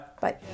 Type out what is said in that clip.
Bye